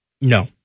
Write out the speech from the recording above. No